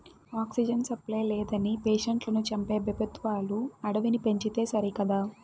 oxygen supply లేదని పేషెంట్లను చంపే పెబుత్వాలు అడవిని పెంచితే సరికదా